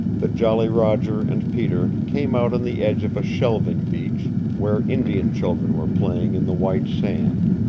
that jolly roger and peter came out on the edge of a shelving beach where indian children were playing in the white sand.